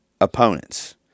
opponents